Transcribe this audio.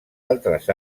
altres